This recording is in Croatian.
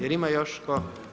Jel' ima još tko?